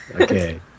Okay